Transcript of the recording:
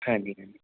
ਹਾਂਜੀ ਹਾਂਜੀ